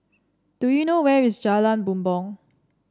do you know where is Jalan Bumbong